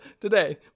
today